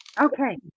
Okay